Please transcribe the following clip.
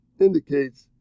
indicates